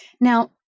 Now